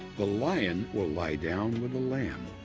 the lion will lie down with the lamb,